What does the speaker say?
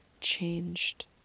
changed